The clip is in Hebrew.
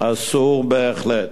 אסור בהחלט.